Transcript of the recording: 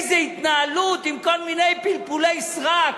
איזה התנהלות, עם כל מיני פלפולי סרק,